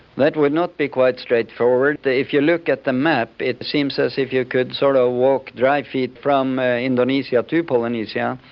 that would not be quite straightforward. if you look at the map it seems as if you could sort of walk dry feet from ah indonesia to polynesia,